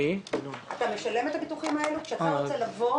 אתה משלם עבור הביטוחים האלה אבל כשאתה רוצה לממש,